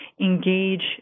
engage